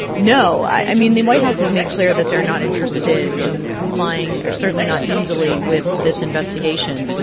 no. i mean, the white house has made clear that they're not interested in complying, or certainly not easily, with this investigation.